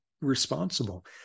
responsible